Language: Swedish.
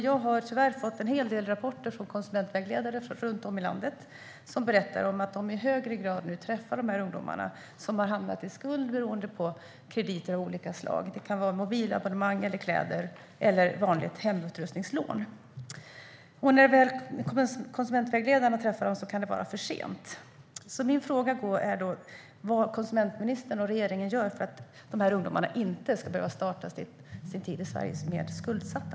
Jag har tyvärr fått en hel del rapporter från konsumentvägledare runt om i landet om att dessa ungdomar i högre grad hamnar i skuld på grund av krediter av olika slag. Det kan gälla mobilabonnemang, kläder eller vanliga hemutrustningslån. När konsumentvägledarna väl träffar dem kan det vara för sent. Vad gör konsumentministern och regeringen för att dessa ungdomar inte ska behöva starta sitt liv i Sverige som skuldsatta?